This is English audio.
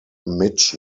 mitch